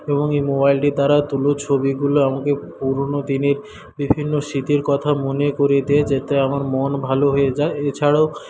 এবং এই মোবাইলটি দ্বারা তোলা ছবিগুলো আমাকে পুরোনো দিনের বিভিন্ন স্মৃতির কথা মনে করিয়ে দেয় যাতে আমার মন ভালো হয়ে যায় এছাড়াও